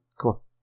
Cool